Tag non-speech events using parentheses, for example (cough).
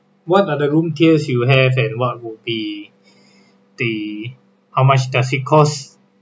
what are the room tiers you have and what will be (breath) the how much does it cost